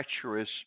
treacherous